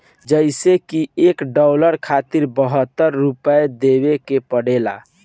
जइसे की एक डालर खातिर बहत्तर रूपया देवे के पड़ेला